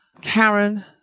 Karen